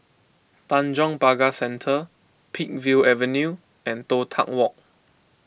Tanjong Pagar Centre Peakville Avenue and Toh Tuck Walk